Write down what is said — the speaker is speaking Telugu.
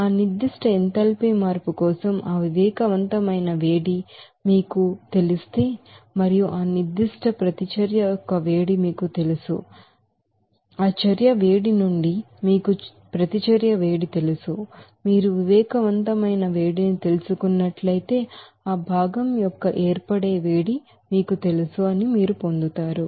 ఆ నిర్దిష్ట ఎంథాల్పీ మార్పు కోసం ఆ వివేకవంతమైన వేడి మీకు తెలిస్తే మరియు ఆ నిర్దిష్ట ంగా ప్రతిచర్య యొక్క వేడి మీకు తెలుసు అని మీకు తెలిస్తే ఆ చర్య వేడి నుండి మీకు చర్య తెలుసు మీరు వివేకవంతమైన వేడిని తెలిసినట్లయితే ఆ భాగం యొక్క ఏర్పడే వేడిమీకు తెలుసు అని మీరు పొందుతారు